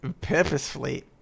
purposefully